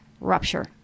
rupture